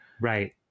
Right